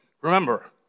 Remember